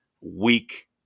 weak